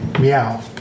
Meow